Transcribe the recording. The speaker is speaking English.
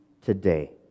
today